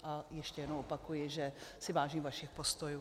A ještě jednou opakuji, že si vážím vašich postojů.